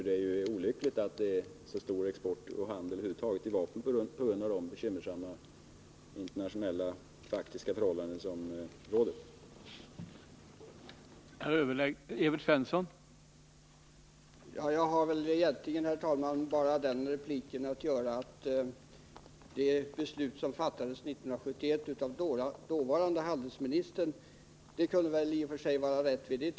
Det är dock olyckligt att det förekommer så stor export och över huvud taget handel med vapen när det faktiskt råder så bekymmersamma internationella förhållanden som det gör nu.